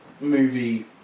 movie